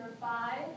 five